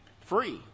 free